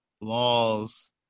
laws